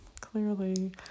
clearly